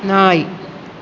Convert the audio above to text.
நாய்